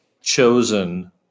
chosen